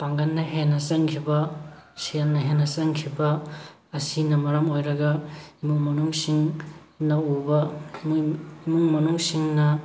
ꯄꯥꯡꯒꯜꯅ ꯍꯦꯟꯅ ꯆꯪꯈꯤꯕ ꯁꯦꯜꯅ ꯍꯦꯟꯅ ꯆꯪꯈꯤꯕ ꯑꯁꯤꯅ ꯃꯔꯝ ꯑꯣꯏꯔꯒ ꯏꯃꯨꯡ ꯃꯅꯨꯡꯁꯤꯡꯅ ꯎꯕ ꯏꯃꯨꯡ ꯏꯃꯨꯡ ꯃꯅꯨꯡꯁꯤꯡꯅ